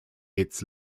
its